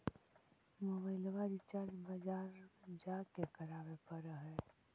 मोबाइलवा रिचार्ज बजार जा के करावे पर है?